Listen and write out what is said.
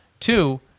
Two